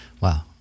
Wow